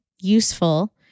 useful